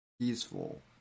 peaceful